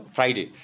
Friday